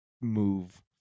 move